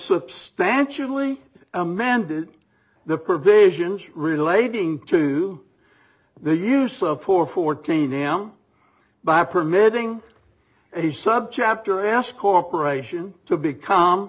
substantially amended the provisions relating to the use of poor fourteen m by permitting a subchapter s corporation to become